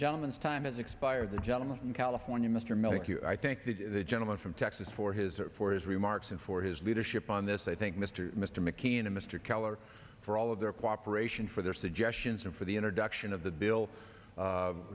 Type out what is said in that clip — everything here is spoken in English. gentleman's time has expired the gentleman from california mr miller thank you i think that the gentleman from texas for his or for his remarks and for his leadership on this i think mr mr mckinnon mr keller for all of their cooperation for their suggestions and for the introduction of the bill